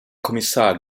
kommissar